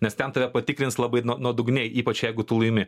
nes ten tave patikrins labai nuodugniai ypač jeigu tu laimi